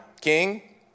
King